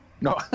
No